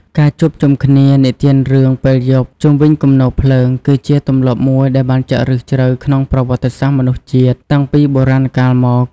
ការជួបជុំគ្នានិទានរឿងពេលយប់ជុំវិញគំនរភ្លើង គឺជាទម្លាប់មួយដែលបានចាក់ឫសជ្រៅក្នុងប្រវត្តិសាស្ត្រមនុស្សជាតិ តាំងពីបុរាណកាលមក។